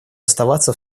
оставаться